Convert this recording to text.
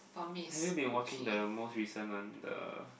have you been watching the most recent one the